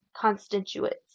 constituents